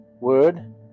word